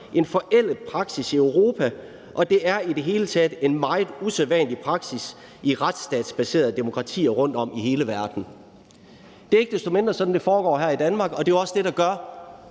en forældet praksis i Europa, og det er i det hele taget en meget usædvanlig praksis i retsstatsbaserede demokratier rundt i hele verden.« Det er ikke desto mindre sådan, det foregår her i Danmark, og det er jo også det, der gør,